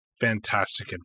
fantastic